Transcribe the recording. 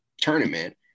tournament